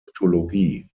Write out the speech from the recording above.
mythologie